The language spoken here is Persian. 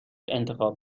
انتخاب